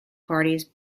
parties